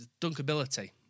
Dunkability